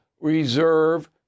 reserve